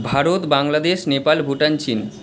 ভারত বাংলাদেশ নেপাল ভুটান চীন